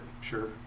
Sure